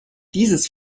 dieses